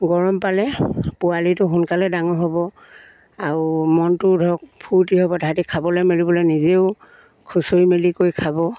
গৰম পালে পোৱালিটো সোনকালে ডাঙৰ হ'ব আৰু মনটো ধৰক ফূৰ্তি হ'ব তাহাঁতি খাবলে মেলিবলে নিজেও খুচৰি মেলিকৈ খাব